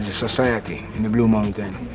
society in the blue mountains.